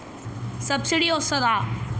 Subsidy వస్తదా?